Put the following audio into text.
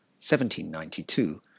1792